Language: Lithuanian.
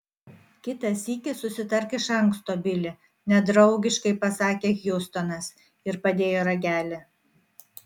kitą sykį susitark iš anksto bili nedraugiškai pasakė hjustonas ir padėjo ragelį